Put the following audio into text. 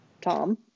Tom